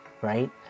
right